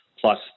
plus